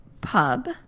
Pub